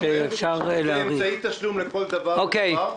זה אמצעי תשלום לכל דבר ודבר.